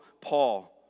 Paul